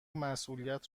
مسئولیت